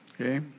Okay